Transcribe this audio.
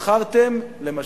נבחרתם למשבר.